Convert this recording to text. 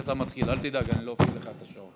אל תדאג, עוד לא הפעלתי את השעון.